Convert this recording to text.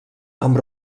amb